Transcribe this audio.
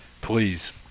Please